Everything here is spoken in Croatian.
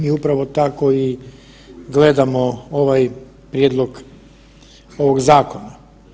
Mi upravo tako i gledamo ovaj prijedlog ovog zakona.